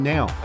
Now